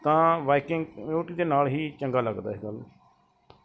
ਤਾਂ biking community ਦੇ ਨਾਲ ਹੀ ਚੰਗਾ ਲੱਗਦਾ ਇਹ ਗੱਲ